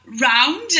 round